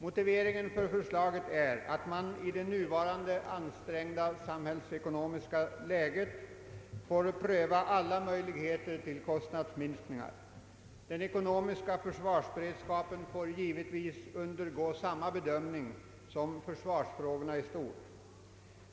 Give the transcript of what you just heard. Motiveringen härför är, att man i det nuvarande ansträngda samhällsekonomiska läget får pröva alla möjligheter till kostnadsminskningar. Den ekonomiska försvarsberedskapen får givetvis undergå samma bedömningar som försvarsfrågorna i stort.